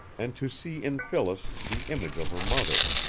and to see in phyllis the image of her mother.